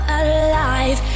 alive